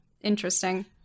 interesting